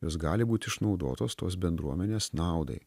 jos gali būti išnaudotos tos bendruomenės naudai